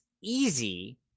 easy